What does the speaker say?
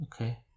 Okay